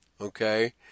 Okay